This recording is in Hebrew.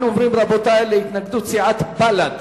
אנחנו עוברים להתנגדות סיעת בל"ד.